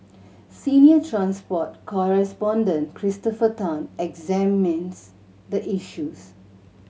senior transport correspondent Christopher Tan examines the issues